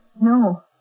No